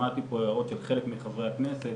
שמעתי פה הערות של חלק מחברי הכנסת,